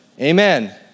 amen